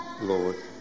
Lord